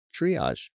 triage